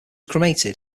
cremated